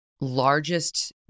largest